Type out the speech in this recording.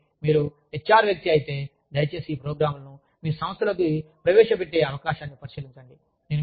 కాబట్టి మీరు హెచ్ఆర్ వ్యక్తి అయితే దయచేసి ఈ ప్రోగ్రామ్లను మీ సంస్థలోకి ప్రవేశపెట్టే అవకాశాన్ని పరిశీలించండి